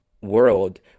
world